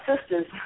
sisters